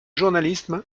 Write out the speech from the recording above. journalisme